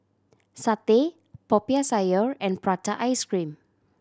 satay Popiah Sayur and prata ice cream